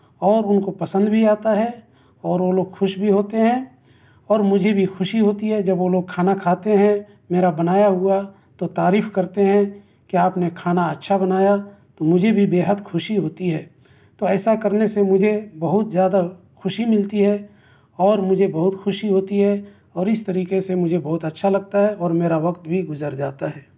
اور اُن کو پسند بھی آتا ہے اور وہ لوگ خوش بھی ہوتے ہیں اور مجھے بھی خوشی ہوتی ہے جب وہ لوگ کھانا کھاتے ہیں میرا بنایا ہُوا تو تعریف کرتے ہیں کہ آپ نے کھانا اچھا بنایا تو مجھے بھی بے حد خوشی ہوتی ہے تو ایسا کرنے سے مجھے بہت زیادہ خوشی ملتی ہے اور مجھے بہت خوشی ہوتی ہے اور اِس طریقے سے مجھے بہت اچھا لگتا ہے اور میرا وقت بھی گُزر جاتا ہے